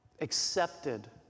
accepted